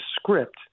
script